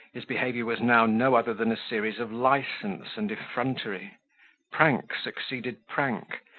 his behaviour was now no other than a series of license and effrontery prank succeeded prank,